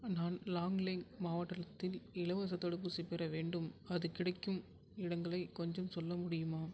நான் லாங்லேங் மாவட்டத்தில் இலவசத் தடுப்பூசி பெற வேண்டும் அது கிடைக்கும் இடங்களை கொஞ்சம் சொல்ல முடியுமா